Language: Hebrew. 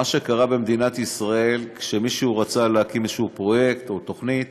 מה שקרה במדינת ישראל כשמישהו רצה להקים איזה פרויקט או תוכנית,